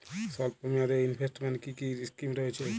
স্বল্পমেয়াদে এ ইনভেস্টমেন্ট কি কী স্কীম রয়েছে?